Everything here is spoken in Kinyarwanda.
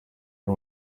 ari